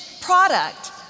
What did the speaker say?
product